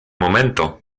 momento